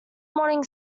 morning